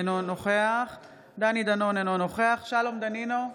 אינו נוכח דני דנון, אינו נוכח שלום דנינו,